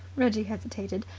reggie hesitated.